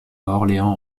orléans